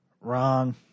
Wrong